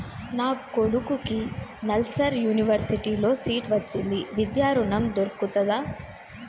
నా కొడుకుకి నల్సార్ యూనివర్సిటీ ల సీట్ వచ్చింది విద్య ఋణం దొర్కుతదా?